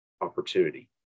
opportunity